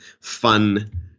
fun